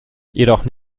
jedoch